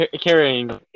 Carrying